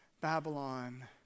Babylon